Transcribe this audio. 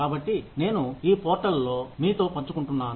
కాబట్టి నేను ఈ పోర్టల్ లో మీతో పంచుకుంటున్నాను